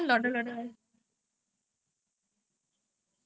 game leh it means you can attract lah a lot of people